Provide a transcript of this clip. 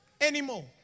anymore